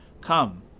Come